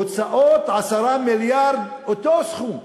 הוצאות: 10 מיליארד, אותו סכום.